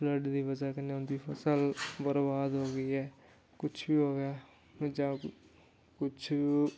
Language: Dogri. फ्लड दी बजह् कन्नै उं'दी फसल बरबाद हो गेई ऐ कुछ बी हो गेआ जां कुछ